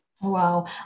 Wow